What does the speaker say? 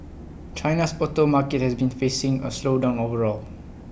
China's auto market has been facing A slowdown overall